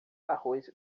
arroz